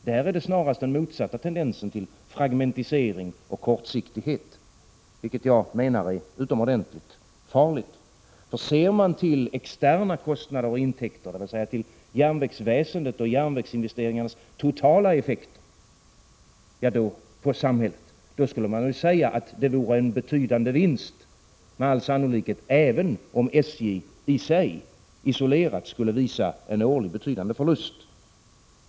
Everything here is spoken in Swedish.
Där är det snarast den motsatta tendensen, fragmentarisering och kortsiktighet, som råder, vilket ST jag menar är utomordentligt farligt. Ser man till externa kostnader och intäkter, dvs. till järnvägsväsendet och järnvägsinvesteringarnas totala effekt på samhället, skulle man med all sannolikhet säga att det vore en betydande vinst även om SJ i sig, isolerat, skulle visa en årlig betydande förlust.